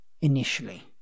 initially